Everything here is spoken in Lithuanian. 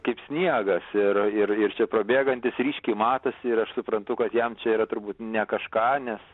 kaip sniegas ir ir ir čia prabėgantis ryškiai matosi ir aš suprantu kad jam čia yra turbūt ne kažką nes